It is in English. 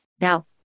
Now